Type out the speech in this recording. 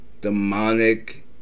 Demonic